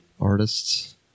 artists